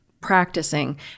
practicing